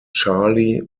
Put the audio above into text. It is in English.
charlie